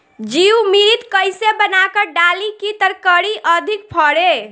जीवमृत कईसे बनाकर डाली की तरकरी अधिक फरे?